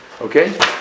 okay